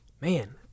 man